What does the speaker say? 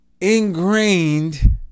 ingrained